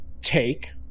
take